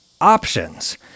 options